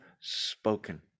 spoken